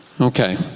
Okay